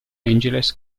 angeles